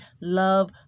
love